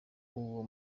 uwo